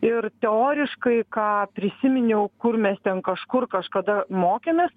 ir teoriškai ką prisiminiau kur mes ten kažkur kažkada mokėmės